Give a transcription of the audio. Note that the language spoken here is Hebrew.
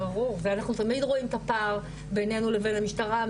ברור ואנחנו תמיד רואים את הפער בינינו לבין המשטרה.